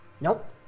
Nope